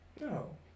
No